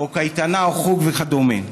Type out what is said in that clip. קייטנה או חוג, וכדומה.